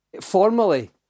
formally